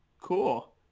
Cool